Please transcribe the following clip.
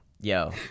yo